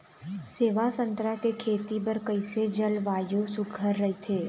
सेवा संतरा के खेती बर कइसे जलवायु सुघ्घर राईथे?